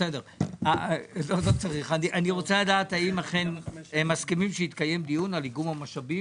אני רוצה לדעת האם אכן מסכימים שיתקיים דיון על איגום המשאבים.